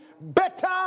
better